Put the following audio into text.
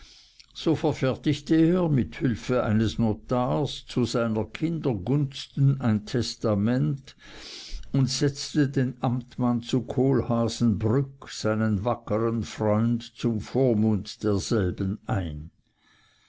so verfertigte er mit hülfe eines notars zu seiner kinder gunsten ein testament und setzte den amtmann zu kohlhaasenbrück seinen wackern freund zum vormund derselben ein